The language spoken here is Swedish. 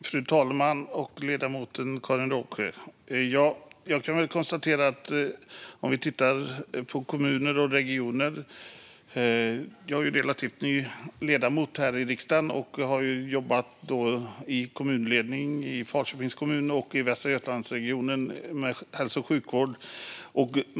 Fru talman! Jag är relativt ny ledamot här i riksdagen och har jobbat i kommunledningen i Falköpings kommun och i Västra Götalandsregionen med hälso och sjukvård.